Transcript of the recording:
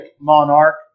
monarch